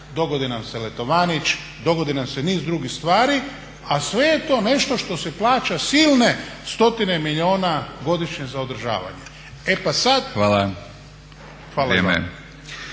dogodi nam se Letovanić, dogodi nam se niz drugih stvari a sve je to nešto što se plaća silne stotine milijuna godišnje za održavanje. E pa sada… …/Upadica: Hvala.